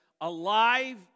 Alive